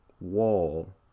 wall